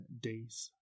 days